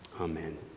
Amen